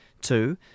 Two